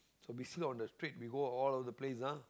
so basically on the street we go all over the place ah